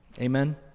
Amen